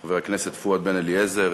חבר הכנסת פואד בן-אליעזר,